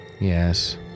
Yes